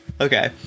Okay